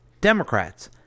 Democrats